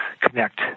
connect